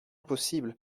possible